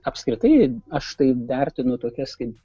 apskritai aš taip vertinu tokias kaip